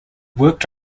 worked